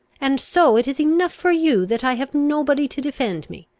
and so it is enough for you that i have nobody to defend me!